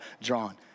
drawn